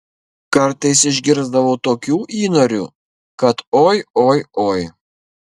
kartais išgirsdavau tokių įnorių kad oi oi oi